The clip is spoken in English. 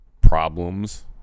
problems